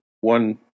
One